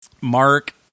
Mark